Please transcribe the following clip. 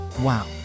Wow